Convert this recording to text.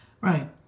right